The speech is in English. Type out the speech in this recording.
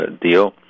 deal